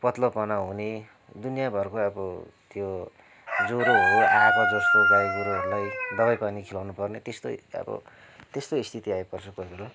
पतलापना हुने दुनियाँ भरको त्यो ज्वरोहरू आएको जस्तो गाई गोरूहरूलाई दबाई पानी खिलाउनु पर्ने त्यस्तै अब त्यस्तो स्थिति आइपर्छ कोहीबेला